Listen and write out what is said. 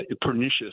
pernicious